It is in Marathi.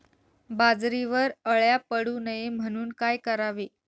बाजरीवर अळ्या पडू नये म्हणून काय करावे?